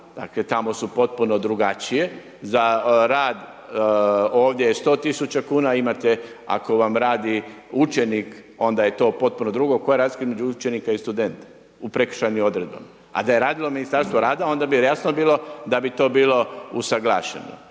dakle, tamo su potpuno drugačije. Za rad ovdje je 100. 000,00 kn. Imate ako vam radi učenik, onda je to potpuno drugo, koja razlika je između učenika i studenta u prekršajnim odredbama? A da je radilo Ministarstvo rada onda bi to jasno bilo da bi to bilo usaglašeno.